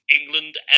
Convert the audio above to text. England